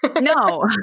No